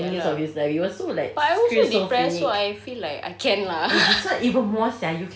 ya lah but I'm also depressed so I feel like I can lah